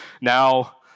Now